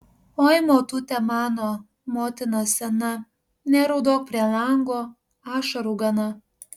oi motute mano motina sena neraudok prie lango ašarų gana